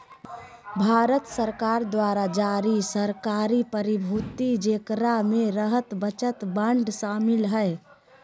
भारत सरकार द्वारा जारी सरकारी प्रतिभूति जेकरा मे राहत बचत बांड शामिल हइ